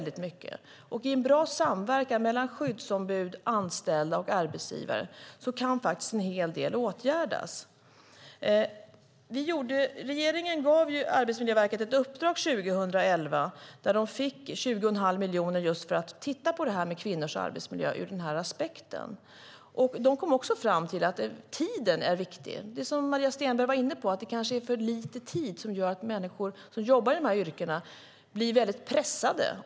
I en bra samverkan mellan skyddsombud, anställda och arbetsgivare kan faktiskt en hel del åtgärdas. Regeringen gav Arbetsmiljöverket ett uppdrag 2011. De fick 20,5 miljoner för att titta på just kvinnors arbetsmiljö ur den här aspekten. De kom också fram till att tiden är viktig. Som Maria Stenberg var inne på är det kanske för lite tid som gör att människor som jobbar i de här yrkena blir väldigt pressade.